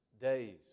days